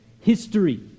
history